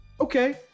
okay